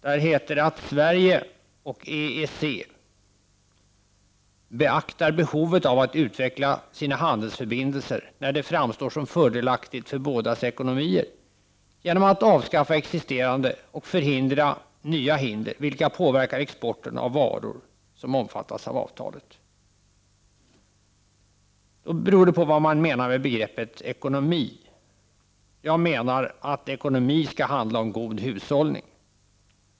Det heter att Sverige och EEC beaktar behovet av att utveckla sina handelsförbindelser när det framstår som fördelaktigt för bådas ekonomier genom att avskaffa existerande och förhindra nya hinder vilka påverkar export av varor som omfattas av avtalet. Det beror på vad man menar med begreppet ekonomi. Jag menar att ekonomi skall handla om god hushållning.